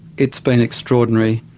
it's been extraordinary.